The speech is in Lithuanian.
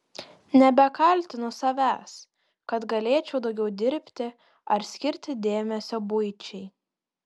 nebekaltinu savęs kad galėčiau daugiau dirbti ar skirti dėmesio buičiai